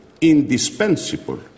indispensable